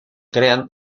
crean